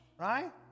right